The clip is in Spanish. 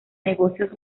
negocios